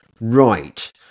Right